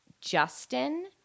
Justin